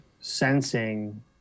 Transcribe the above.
sensing